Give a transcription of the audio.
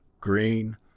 green